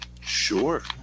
Sure